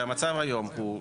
שהמצב היום הוא,